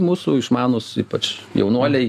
mūsų išmanūs ypač jaunuoliai